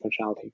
functionality